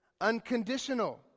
unconditional